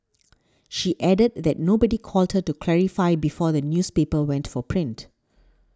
she added that nobody called her to clarify before the newspaper went for print